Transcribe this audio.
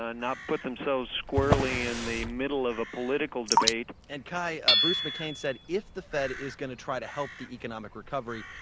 ah not put themselves squarely in and the middle of a political debate and kai, bruce mccain said if the fed is going to try to help the economic recovery,